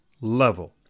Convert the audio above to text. level